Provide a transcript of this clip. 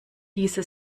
diese